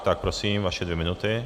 Tak prosím, vaše minuty.